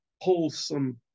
wholesome